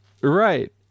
right